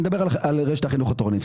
אני מדבר על רשת החינוך התורנית.